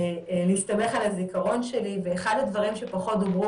להסתמך על הזיכרון שלי ואחד הדברים שפחות דיברו